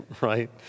right